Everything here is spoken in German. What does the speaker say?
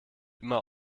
immer